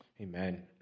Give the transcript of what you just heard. Amen